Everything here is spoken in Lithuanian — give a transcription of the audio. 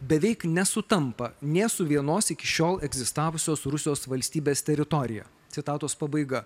beveik nesutampa nė su vienos iki šiol egzistavusios rusijos valstybės teritorija citatos pabaiga